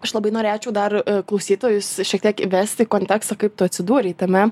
aš labai norėčiau dar klausytojus šiek tiek įvest į kontekstą kaip tu atsidūrei tame